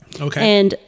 Okay